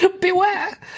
Beware